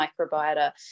microbiota